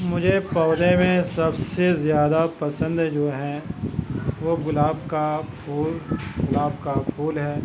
مجھے پودے میں سب سے زیادہ پسند جو ہے وہ گُلاب کا پھول گُلاب کا پھول ہے